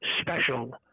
special